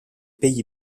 pays